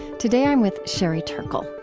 today i'm with sherry turkle,